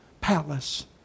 palace